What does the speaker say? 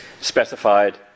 specified